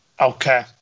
Okay